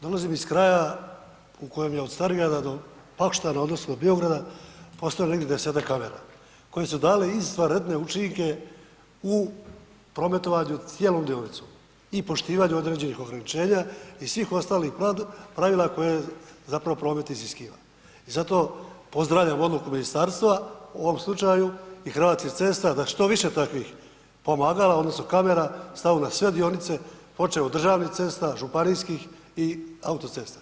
Dolazim iz kraja u kojem je od Starigrada do Pakoštana, odnosno Biograda postoje negdje 10-tak kamera koje su dale izvanredne učinke u prometovanju cijelom dionicom i poštivanju određenih ograničenja i svih ostalih pravila koja zapravo promet iziskuje i zato pozdravljam odluku ministarstva u ovom slučaju i Hrvatskih cesta da što više takvih pomagala odnosno kamera stave na sve dionice počev od državnih cesta, županijskih i autocesta.